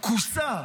כוסה,